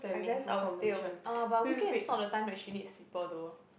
I guess I will stay a~ uh but weekend is not the time when she needs people though